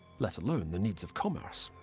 let alone the needs of commerce.